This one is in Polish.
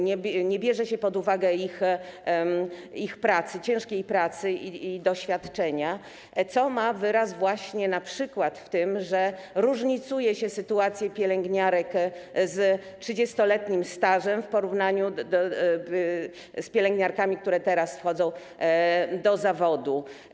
Nie bierze się pod uwagę ich pracy, ciężkiej pracy i doświadczenia, co ma wyraz właśnie np. w tym, że różnicuje się sytuację pielęgniarek z 30-letnim stażem w porównaniu z pielęgniarkami, które teraz wchodzą do zawodu.